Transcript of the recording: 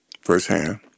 firsthand